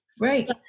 Right